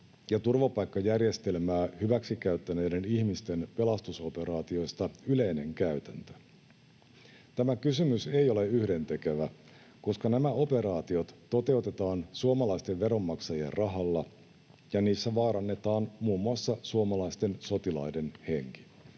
ja turvapaikkajärjestelmää hyväksikäyttäneiden ihmisten pelastusoperaatioista yleinen käytäntö. Tämä kysymys ei ole yhdentekevä, koska nämä operaatiot toteutetaan suomalaisten veronmaksajien rahalla ja niissä vaarannetaan muun muassa suomalaisten sotilaiden henki.